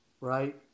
right